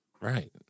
Right